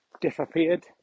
disappeared